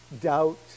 Doubt